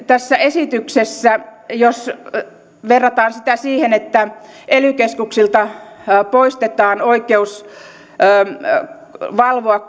tässä esityksessä myöskin jos verrataan sitä siihen että ely keskuksilta poistetaan oikeus valvoa